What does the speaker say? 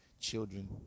children